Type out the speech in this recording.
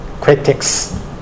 critics